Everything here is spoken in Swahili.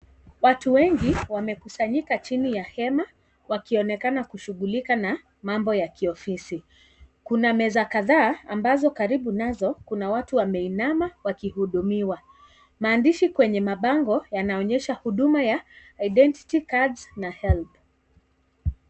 Watu wengi wamekusanyika chini ya hema wakionekana kushughulika na mambo ya kiofisi. Kuna meza kadhaa ambazo karibu nazo kuna watu wameinama wakihudumiwa. Maandishi kwenye mabango yanaonyesha huduma ya identity cards na helb .